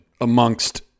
amongst